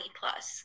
plus